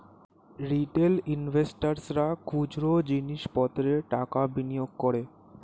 retail ইনভেস্টর্সরা খুচরো জিনিস পত্রে টাকা বিনিয়োগ করে